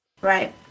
Right